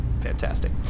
Fantastic